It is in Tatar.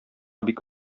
бик